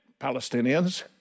Palestinians